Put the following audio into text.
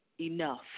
enough